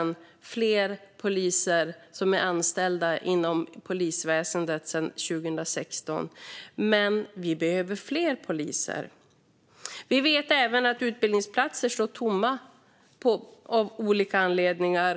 000 fler poliser är anställda inom polisväsendet jämfört med 2016. Men vi behöver fler. Vi vet även att utbildningsplatser står tomma av olika anledningar.